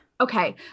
Okay